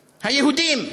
היהודים,